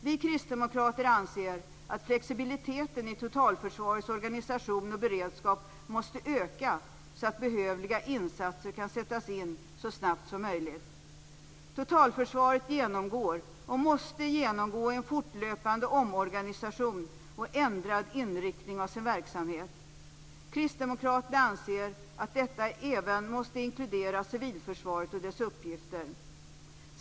Vi kristdemokrater anser att flexibiliteten i totalförsvarets organisation och beredskap måste öka så att behövliga insatser kan sättas in så snabbt som möjligt. Totalförsvaret genomgår och måste genomgå en fortlöpande omorganisation och ändrad inriktning av sin verksamhet. Kristdemokraterna anser att detta även måste inkludera civilförsvaret och dess uppgifter.